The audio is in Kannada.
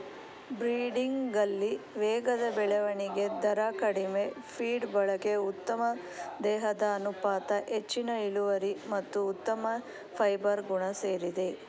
ಬ್ರೀಡಿಂಗಲ್ಲಿ ವೇಗದ ಬೆಳವಣಿಗೆ ದರ ಕಡಿಮೆ ಫೀಡ್ ಬಳಕೆ ಉತ್ತಮ ದೇಹದ ಅನುಪಾತ ಹೆಚ್ಚಿನ ಇಳುವರಿ ಮತ್ತು ಉತ್ತಮ ಫೈಬರ್ ಗುಣ ಸೇರಿದೆ